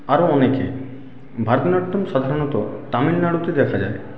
আরো অনেকে ভরতনাট্যম সাধারণত তামিলনাড়ুতে দেখা যায়